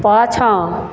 पाछाँ